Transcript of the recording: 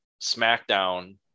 SmackDown